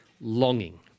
longing